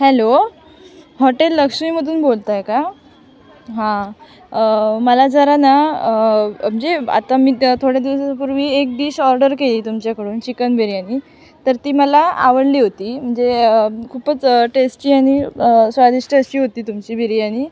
hello hotel लक्ष्मीमधून बोलताय का हां मला जरा ना म्हणजे आता मी त्या थोडे दिवसापूर्वी एक डिश ऑर्डर केली तुमच्याकडून चिकन बिर्याणी तर ती मला आवडली होती म्हणजे खूपच टेस्टी आणि स्वादिष्ट अशी होती तुमची बिर्याणी